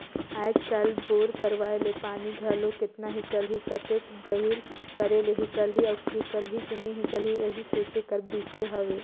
आएज काएल बोर करवाए ले पानी घलो केतना हिकलही, कतेक गहिल करे ले हिकलही अउ हिकलही कि नी हिकलही एहू सोचे कर बिसे हवे